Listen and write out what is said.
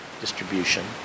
distribution